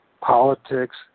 politics